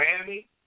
Miami